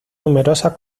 numerosas